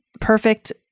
perfect